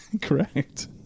Correct